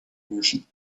merchant